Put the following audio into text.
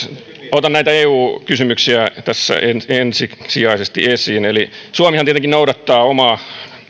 otan näitä eu kysymyksiä tässä ensisijaisesti esiin suomihan tietenkin noudattaa omaa